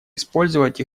использовать